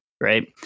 right